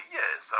yes